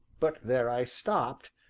but there i stopped,